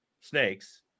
snakes